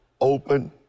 open